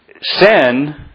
sin